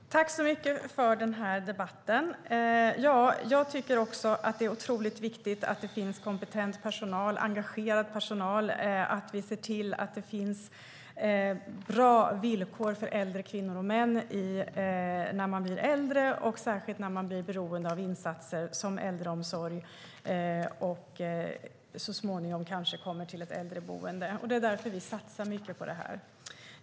Fru talman! Tack så mycket för debatten! Ja, det är oerhört viktigt att det finns kompetent och engagerad personal och att det är bra villkor för både kvinnor och män när man blir äldre, särskilt när man blir beroende av insatser som äldreomsorg och så småningom kanske kommer till ett äldreboende. Därför satsar vi mycket på det.